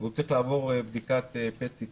והוא צריך לעבור בדיקת Pet CT